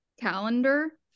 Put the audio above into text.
calendar